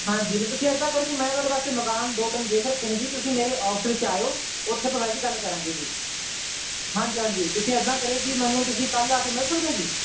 ਹਾਂਜੀ ਜਿਵੇਂ ਤੁਸੀਂ ਇੱਦਾਂ ਕਰੋ ਜੀ ਮੈਂ ਤੁਹਾਡੇ ਵਾਸਤੇ ਮਕਾਨ ਦੋ ਤਿੰਨ ਦੇਖ ਰੱਖੇ ਨੇ ਜੀ ਤੁਸੀਂ ਮੇਰੇ ਅੋਫਿਸ 'ਚ ਆਇਓ ਉੱਥੇ ਆਪਾਂ ਬਹਿ ਕੇ ਗੱਲ ਕਰਾਂਗੇ ਜੀ ਹਾਂਜੀ ਹਾਂਜੀ ਤੁਸੀਂ ਇੱਦਾਂ ਕਰਿਓ ਜੀ ਮੈਨੂੰ ਤੁਸੀਂ ਕੱਲ੍ਹ ਆ ਕੇ ਮਿਲ ਸਕਦੇ ਹੋ ਜੀ